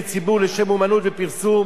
כולל התערטלות בציבור לשם אמנות ופרסום,